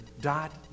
Dot